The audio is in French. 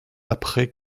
après